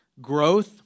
growth